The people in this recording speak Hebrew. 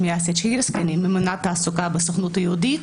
אני ממונת תעסוקה בסוכנות היהודית,